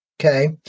Okay